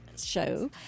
show